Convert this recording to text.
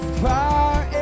fire